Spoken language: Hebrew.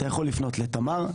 אתה יכול לפנות לתמר,